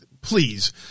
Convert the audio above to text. Please